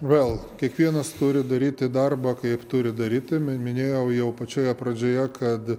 vėl kiekvienas turi daryti darbą kaip turi daryti minėjau jau pačioje pradžioje kad